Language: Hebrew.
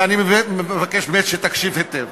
ואני מבקש שתקשיב היטב.